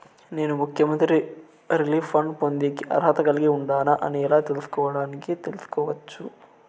నేను ముఖ్యమంత్రి relief fund పొందేకి అర్హత కలిగి ఉండానా అని ఎలా తెలుసుకోవడానికి తెలుసుకోవచ్చు